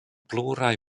pluraj